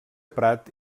prat